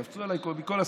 קפצו עליי פה מכל הסיעות,